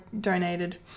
donated